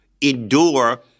endure